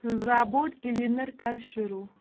robot cleaner کَر شروع